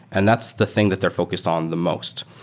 and that's the thing that they're focused on the most.